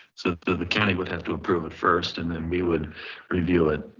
so the the county would have to approve it first and then we would review it.